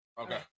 Okay